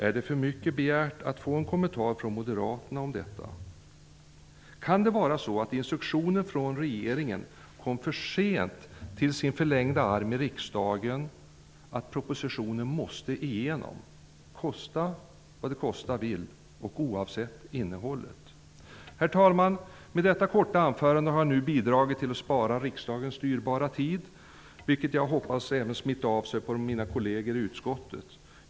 Är det för mycket begärt att få en kommentar från Moderaterna om detta? Kan det vara så att instruktionen från regeringen kom så sent till sin förlängda arm i riksdagen att propositionen måste igenom, kosta vad det kosta vill och oavsett innehållet. Herr talman! Med detta korta anförande har jag nu bidragit till att spara riksdagens dyrbara tid, vilket jag hoppas även smittar av sig på mina kolleger i utskottet.